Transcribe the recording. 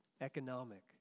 economic